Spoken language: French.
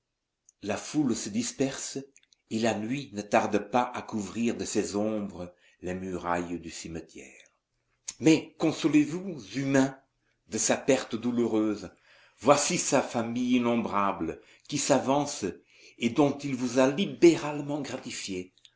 la foule se disperse et la nuit ne tarde pas à couvrir de ses ombres les murailles du cimetière mais consolez-vous humains de sa perte douloureuse voici sa famille innombrable qui s'avance et dont il vous a libéralement gratifié